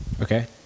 Okay